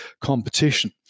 competition